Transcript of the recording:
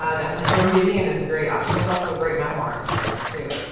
um definitely, joan didion is a great option. there's also great memoirs out there, too.